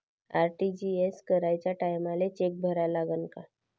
RTGS कराच्या टायमाले cheque भरा लागन का?